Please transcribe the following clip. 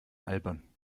albern